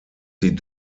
sie